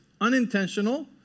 unintentional